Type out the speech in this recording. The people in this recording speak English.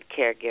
caregiver